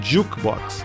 Jukebox